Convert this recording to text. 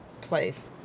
place